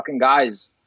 guys